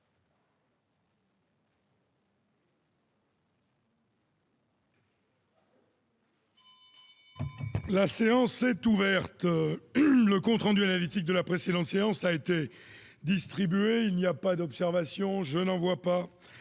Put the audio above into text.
La séance est ouverte. Le compte rendu analytique de la précédente séance a été distribué. Il n'y a pas d'observation ?...